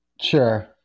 Sure